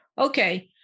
Okay